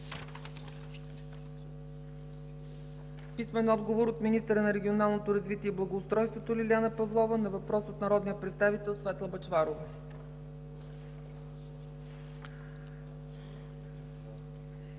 Петрова; - министъра на регионалното развитие и благоустройството Лиляна Павлова на въпрос от народния представител Светла Бъчварова.